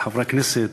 על חברי הכנסת,